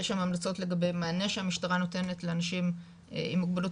יש שם המלצות לגבי מענה שהמשטרה נותנת לאנשים עם מוגבלות